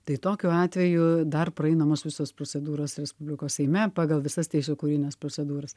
tai tokiu atveju dar praeinamos visos procedūros respublikos seime pagal visas teisėkūrines procedūras